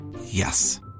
Yes